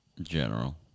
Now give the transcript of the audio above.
General